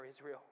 Israel